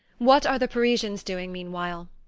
what are the parisians doing meanwhile?